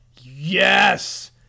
Yes